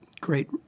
great